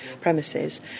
premises